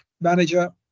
manager